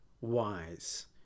Wise